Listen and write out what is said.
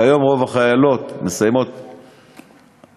כיום רוב החיילות מסיימות את